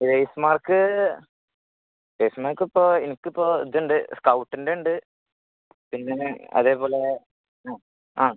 grace mark grace mark ഇപ്പോൾ എനിക്കിപ്പോൾ ഇതുണ്ട് സ്കൗട്ടിൻറെ ഉണ്ട് പിന്നെ അതേപോലെ ആ ആ